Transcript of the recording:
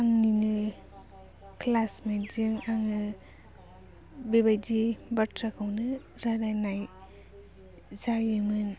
आंनिनो क्लासमेटजों आङो बे बायदि बाथ्राखौनो रायलायनाय जायोमोन